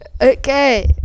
Okay